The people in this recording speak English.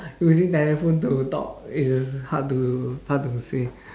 using telephone to talk is hard to hard to say